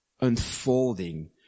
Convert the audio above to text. unfolding